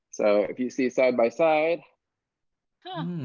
so if you see a side-by-side huh.